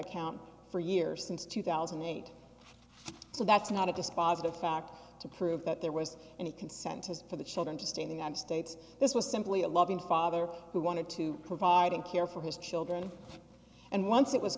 account for years since two thousand and eight so that's not a dispositive fact to prove that there was any consent as for the children to stay in the united states this was simply a loving father who wanted to provide and care for his children and once it was